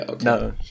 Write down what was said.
No